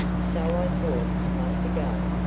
so i thought a month ago.